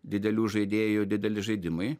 didelių žaidėjų dideli žaidimai